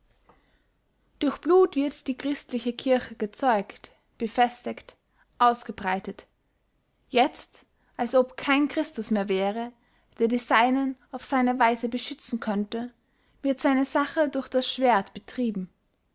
durch blut wird die christliche kirche gezeugt befestigt ausgebreitet jetzt als ob kein christus mehr wäre der die seinen auf seine weise beschützen könnte wird seine sache durch das schwerdt betrieben